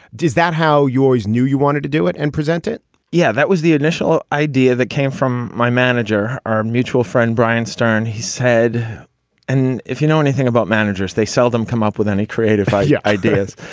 does that how you always knew you wanted to do it and present it yeah that was the initial idea that came from my manager our mutual friend brian stern. he said and if you know anything about managers they seldom come up with any creative ah yeah ideas.